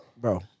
Bro